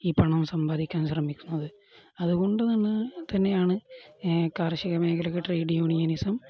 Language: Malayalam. ഈ പണം സമ്പാദിക്കാൻ ശ്രമിക്കുന്നത് അതുകൊണ്ട് തന്നെ തന്നെയാണ് കാർഷിക മേഖലയ്ക്ക് ട്രേഡ് യൂണിയനിസം